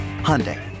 Hyundai